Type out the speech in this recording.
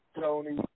Tony